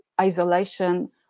isolation